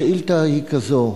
השאילתא היא כזאת: